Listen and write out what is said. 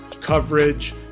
coverage